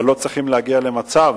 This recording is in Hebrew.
אבל לא צריכים להגיע למצב